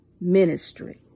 ministry